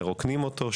מרוקנים אותו,